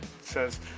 says